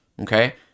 okay